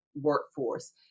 workforce